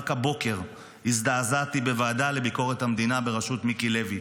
רק הבוקר הזדעזעתי בוועדה לביקורת המדינה בראשות מיקי לוי,